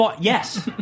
Yes